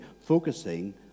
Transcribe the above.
focusing